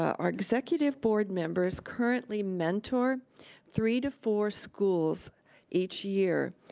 our executive board members currently mentor three to four schools each year